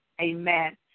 Amen